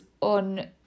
on